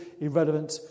irrelevant